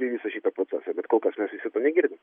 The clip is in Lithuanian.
į visą šitą procesą bet kol kas mes viso to negirdim